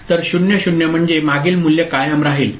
तर 0 0 म्हणजे मागील मूल्य कायम राहील